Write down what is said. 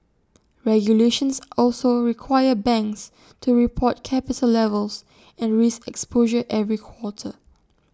regulations also require banks to report capital levels and risk exposure every quarter